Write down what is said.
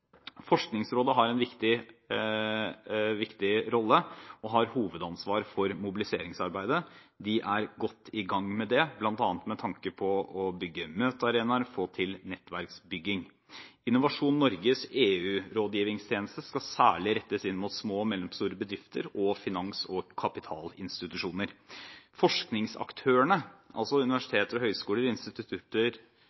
Forskningsrådet har en viktig rolle og har hovedansvaret for mobiliseringsarbeidet. De er godt i gang med det, bl.a. med tanke på å bygge møtearenaer og få til nettverksbygging. Innovasjon Norges EU-rådgivningstjeneste skal særlig rettes inn mot små og mellomstore bedrifter og finans- og kapitalinstitusjoner. Forskningsaktørene